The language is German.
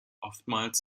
oftmals